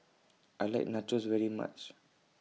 I like Nachos very much